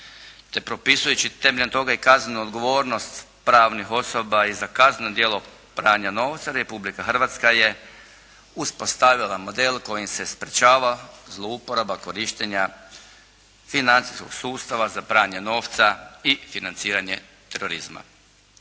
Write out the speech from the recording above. te propisujući temeljem toga i kaznenu odgovornost pravnih osoba i za kazneno djelo pranja novca Republika Hrvatska je uspostavila model kojim se sprečava zlouporaba korištenja financijskog sustava za pranje novca i financiranje terorizma.